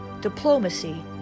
diplomacy